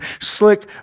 slick